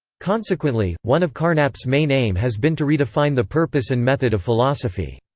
consequently, one of carnap's main aim has been to redefine the purpose and method of philosophy.